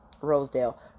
Rosedale